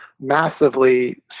massively